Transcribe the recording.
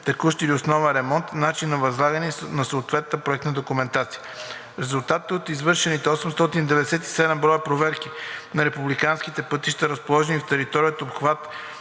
текущ или основен ремонт, начин на възлагане на съответната проектна документация. В резултат от извършените 897 броя проверки на републиканските пътища, разположени в територията и обхвата